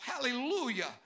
Hallelujah